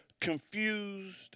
confused